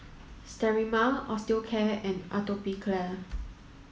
Sterimar Osteocare and Atopiclair